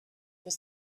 was